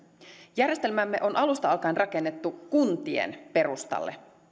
järjestelmäämme on alusta alkaen rakennettu kuntien perustalle